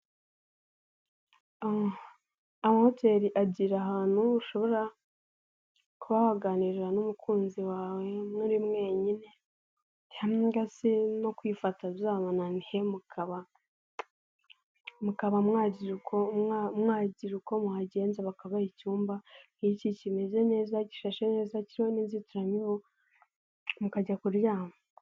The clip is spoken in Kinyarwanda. Amamoteli agira ahantu ushobora kuganirira n'umukunzi wawe muri mwenyine, cyangwa se no kwifata byananiye mukaba mwagira uko mwigenza bakabaha icyumba nk'iki kimeze neza kirimo inzitiramibu mukajya kuryama.